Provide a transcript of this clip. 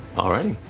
all righty,